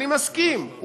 אני מסכים,